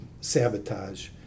sabotage